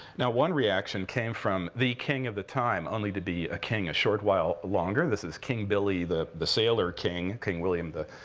now, one reaction came from the king of the time only to be a king a short while longer. this is king billy the the sailor king, king william iv.